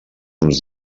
uns